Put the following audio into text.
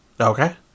Okay